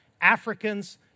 Africans